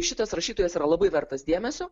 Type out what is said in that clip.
šitas rašytojas yra labai vertas dėmesio